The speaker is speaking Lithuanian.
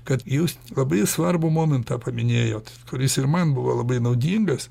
kad jūs labai svarbų momentą paminėjot kuris ir man buvo labai naudingas